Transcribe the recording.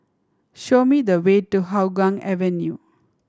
show me the way to Hougang Avenue